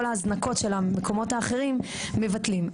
ההזנקות של המקומות האחרים אנחנו מבטלים,